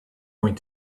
going